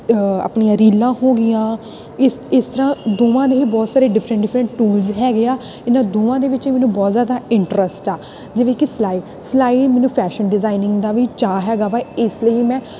ਆਪਣੀਆਂ ਰੀਲਾਂ ਹੋ ਗਈਆਂ ਇਸ ਇਸ ਤਰ੍ਹਾਂ ਦੋਵਾਂ ਦੇ ਬਹੁਤ ਸਾਰੇ ਡਿਫਰੈਂਟ ਡਿਫਰੈਂਟ ਟੂਲਸ ਹੈਗੇ ਆ ਇਹਨਾਂ ਦੋਵਾਂ ਦੇ ਵਿੱਚ ਮੈਨੂੰ ਬਹੁਤ ਜ਼ਿਆਦਾ ਇੰਟਰਸਟ ਆ ਜਿਵੇਂ ਕਿ ਸਿਲਾਈ ਸਿਲਾਈ ਮੈਨੂੰ ਫੈਸ਼ਨ ਡਿਜ਼ਾਇਨਿੰਗ ਦਾ ਵੀ ਚਾਅ ਹੈਗਾ ਵਾ ਇਸ ਲਈ ਮੈਂ